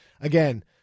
again